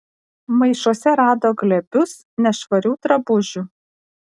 maišuose rado glėbius nešvarių drabužių